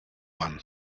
one